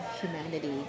humanity